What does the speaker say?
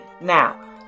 Now